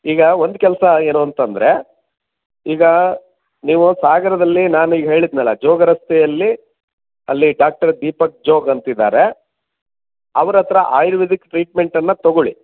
ಈಗ ಒಂದು ಕೆಲಸ ಏನು ಅಂತಂದರೆ ಈಗ ನೀವು ಸಾಗರದಲ್ಲಿ ನಾನೀಗ ಹೇಳಿದೆನಲ್ಲ ಜೋಗ ರಸ್ತೆಯಲ್ಲಿ ಅಲ್ಲಿ ಡಾಕ್ಟರ್ ದೀಪಕ್ ಜೋಗ್ ಅಂತಿದ್ದಾರೆ ಅವರ ಹತ್ರ ಆಯುರ್ವೇದಿಕ್ ಟ್ರೀಟ್ಮೆಂಟನ್ನು ತಗೊಳ್ಳಿ